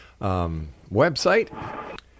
website